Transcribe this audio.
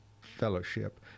Fellowship